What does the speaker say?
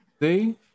See